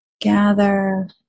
gather